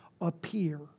appear